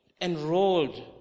enrolled